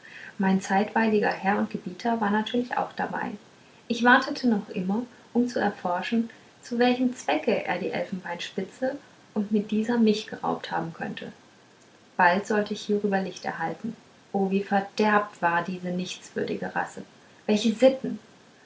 mein zeitweiliger herr und gebieter war natürlich auch dabei ich wartete noch immer um zu erforschen zu welchem zwecke er die elfenbeinspitze und mit dieser mich geraubt haben könne bald sollte ich hierüber licht erhalten o wie verderbt war diese nichtswürdige rasse welche sitten